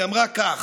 היא אמרה כך: